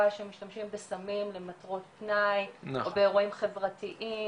שמשתמשים בסמים למטרות פנאי או באירועים חברתיים,